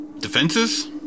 defenses